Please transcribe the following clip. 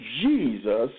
Jesus